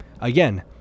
again